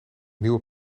nieuwe